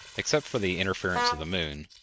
except for the interference of the moon,